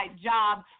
job